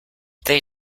they